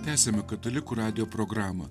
tęsiame katalikų radijo programą